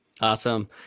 Awesome